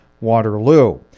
Waterloo